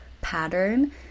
pattern